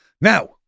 Now